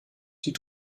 die